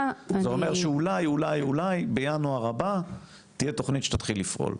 זה אומר שאולי אולי אולי בינואר הבא תהיה תוכנית שתתחיל לפעול.